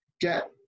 get